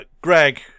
Greg